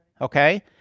Okay